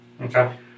Okay